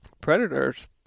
predators